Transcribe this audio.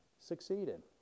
succeeded